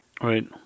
Right